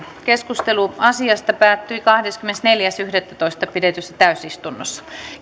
keskustelu asiasta päättyi kahdeskymmenesneljäs yhdettätoista kaksituhattaviisitoista pidetyssä täysistunnossa